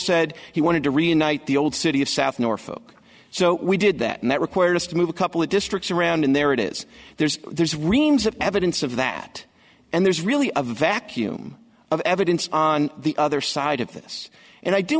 said he wanted to reunite the old city of south norfolk so we did that and that required us to move a couple of districts around and there it is there's there's reams of evidence of that and there's really a vacuum of evidence on the other side of this and i d